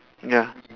ya